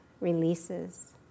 releases